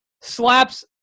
slaps